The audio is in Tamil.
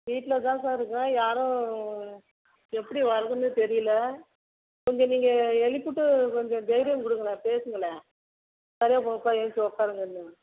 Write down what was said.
வீட்டில தான் சார் இருக்கிறோம் யாரும் எப்படி வர்றதுன்னு தெரியல கொஞ்சம் நீங்கள் எழுப்பிவிட்டு கொஞ்சம் தைரியம் கொடுங்களேன் பேசுங்களேன் சரியாக போகும்ப்பா ஏஞ்ச்சு உட்காருங்கன்னு